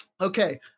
Okay